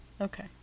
Okay